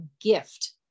gift